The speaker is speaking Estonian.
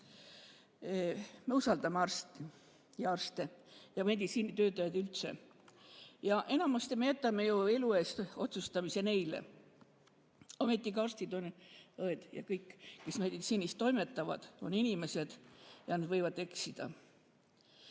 Me usaldame arste ja meditsiinitöötajaid üldse. Ja enamasti me jätame ju elu eest otsustamise neile. Ometigi arstid-õed ja kõik, kes meditsiinis toimetavad, on inimesed ja nad võivad eksida.